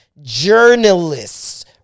journalists